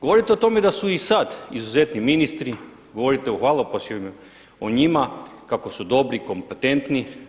Govorite o tome da su i sad izuzetni ministri, govorite u hvalospjevima o njima kako su dobri, kompetentni.